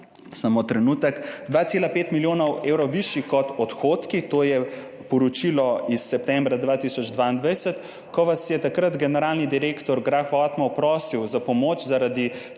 samo trenutek – 2,5 milijona evrov višji kot odhodki? To je poročilo iz septembra 2022. Ko vas je takrat generalni direktor Grah Whatmough prosil za pomoč zaradi